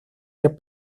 del